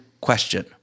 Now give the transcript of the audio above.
question